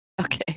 Okay